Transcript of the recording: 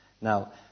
Now